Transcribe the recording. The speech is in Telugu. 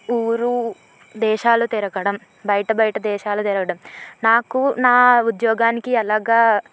ఊరు దేశాలు తిరగడం బయట బయట దేశాలు తిరగడం నాకు నా ఉద్యోగానికి ఎలాగా